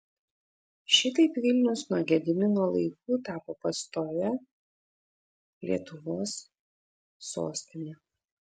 šitaip vilnius nuo gedimino laikų tapo pastovia lietuvos sostine